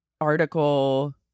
article